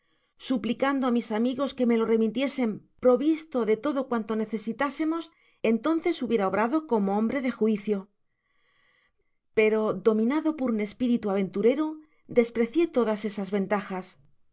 suplicando á mis amigos que me h remitiesen provisto de todo cuanto necesitásemos entonces hubiera obrado con hombre de juicio content from google book search generated at pero dominado por un espíritu aventurero desprecié todas esas ventajas me